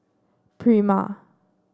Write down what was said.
prima